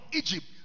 Egypt